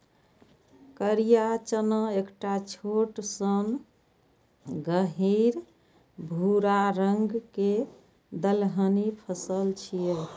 करिया चना एकटा छोट सन गहींर भूरा रंग के दलहनी फसल छियै